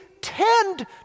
tend